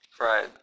Right